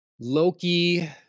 Loki